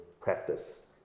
practice